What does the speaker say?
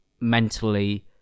mentally